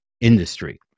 industry